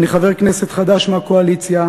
אני חבר כנסת חדש מהקואליציה,